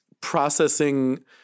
processing